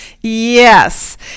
yes